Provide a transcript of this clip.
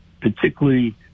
particularly